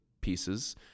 pieces